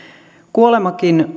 kuolemakin